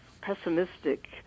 pessimistic